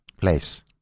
place